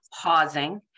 pausing